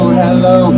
hello